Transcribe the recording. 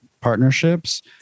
partnerships